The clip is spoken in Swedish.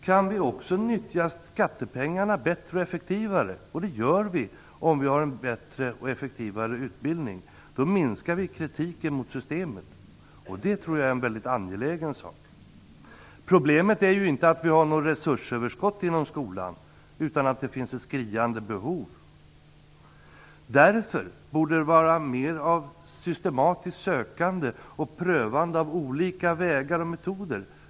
Kan vi också nyttja skattepengarna bättre och effektivare - och det gör vi, om vi får en bättre och effektivare utbildning - minskar kritiken mot systemet, och det tror jag är mycket angeläget. Problemet är ju inte att vi har något resursöverskott inom skolan utan att det där finns skriande behov. Det borde därför vara mer av systematiskt sökande och prövande av olika vägar och metoder.